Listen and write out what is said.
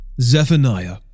Zephaniah